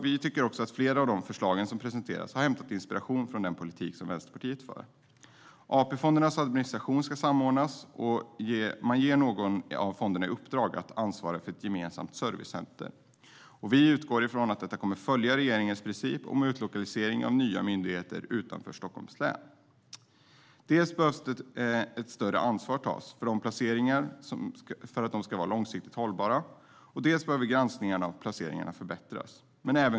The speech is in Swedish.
Vi tycker också att flera av de förslag som har presenterats har hämtat inspiration från den politik som Vänsterpartiet för. AP-fondernas administration ska samordnas, och man ger någon av fonderna i uppdrag att ansvara för ett gemensamt servicecenter. Vi utgår ifrån att detta kommer att följa regeringens princip om utlokalisering av nya myndigheter utanför Stockholms län. Dels behöver ett större ansvar tas för att placeringarna ska vara långsiktigt hållbara, dels behöver granskningen av placeringarna förbättras.